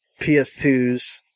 PS2s